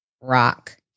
rock